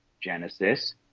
Genesis